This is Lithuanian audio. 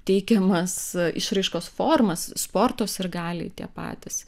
teikiamas išraiškos formas sporto sirgaliai tie patys